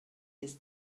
his